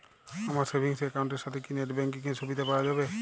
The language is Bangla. আমার সেভিংস একাউন্ট এর সাথে কি নেটব্যাঙ্কিং এর সুবিধা পাওয়া যাবে?